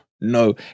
no